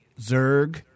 Zerg